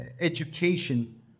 education